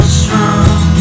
strong